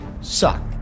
suck